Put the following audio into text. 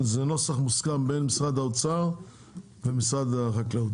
זהו נוסח מוסכם בין משרד האוצר ומשרד החקלאות,